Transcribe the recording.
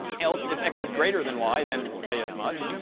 else if x is greater than y, then say as much.